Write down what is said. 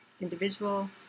individual